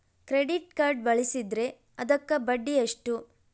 Credit card ಬಳಸಿದ್ರೇ ಅದಕ್ಕ ಬಡ್ಡಿ ಎಷ್ಟು?